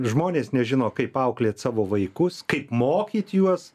žmonės nežino kaip auklėt savo vaikus kaip mokyt juos